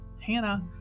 hannah